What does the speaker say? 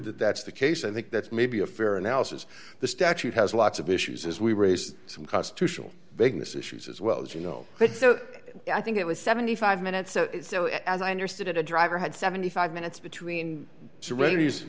that that's the case i think that's maybe a fair analysis the statute has lots of issues as we were some constitutional vagueness issues as well as you know so i think it was seventy five minutes or so as i understood it a driver had seventy five minutes between